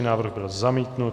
Návrh byl zamítnut.